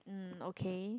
um okay